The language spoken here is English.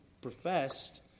professed